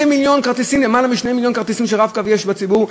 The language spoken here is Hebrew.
יותר מ-2 מיליון כרטיסים של "רב-קו" יש בציבור,